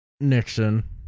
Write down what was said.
Nixon